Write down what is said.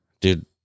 Dude